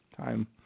time